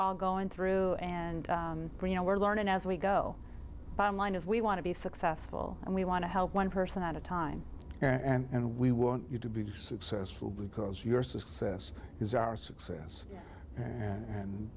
god going through and you know we're learning as we go bottom line if we want to be successful and we want to help one person at a time and we want you to be successful because your success is our success and